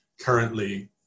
currently